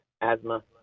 Asthma